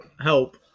help